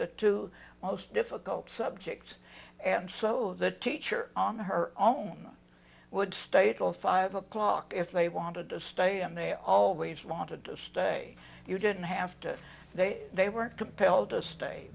the two most difficult subjects and so the teacher on her own would stay till five o'clock if they wanted to stay and they always wanted to stay you didn't have to they they weren't compelled to stay